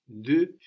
de